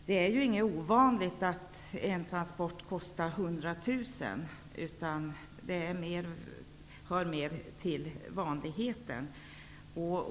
Det är inget ovanligt att en transport kostar 100 000 utan det hör mer till vanligheten.